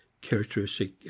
characteristic